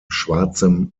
schwarzem